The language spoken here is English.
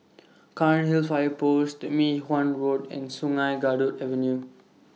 Cairnhill Fire Post Mei Hwan Road and Sungei Kadut Avenue